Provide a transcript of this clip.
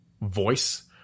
voice